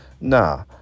Nah